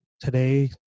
today